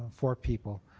for people.